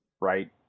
right